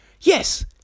Yes